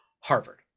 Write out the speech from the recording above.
Harvard